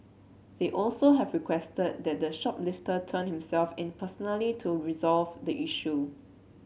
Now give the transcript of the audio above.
they also have requested that the shoplifter turn himself in personally to resolve the issue